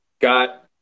got